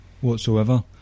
whatsoever